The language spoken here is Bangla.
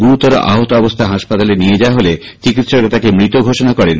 গুরুতর আহত অবস্থায় হাসপাতালে নিয়ে যাওয়া হলে চিকিৎসকরা তাকে মৃত ঘোষণা করেন